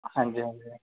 ਹਾਂਜੀ ਹਾਂਜੀ